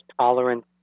tolerance